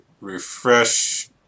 refresh